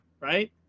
right